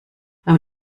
beim